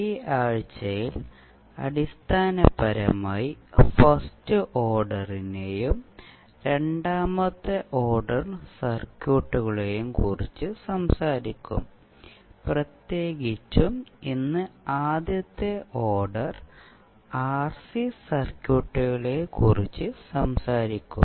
ഈ ആഴ്ചയിൽ അടിസ്ഥാനപരമായി ഫസ്റ്റ് ഓർഡറിനെയും രണ്ടാമത്തെ ഓർഡർ സർക്യൂട്ടുകളെയും കുറിച്ച് സംസാരിക്കും പ്രത്യേകിച്ചും ഇന്ന് ആദ്യത്തെ ഓർഡർ ആർസി സർക്യൂട്ടുകളെക്കുറിച്ച് സംസാരിക്കും